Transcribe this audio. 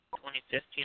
2015